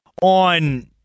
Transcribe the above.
On